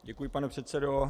Děkuji, pane předsedo.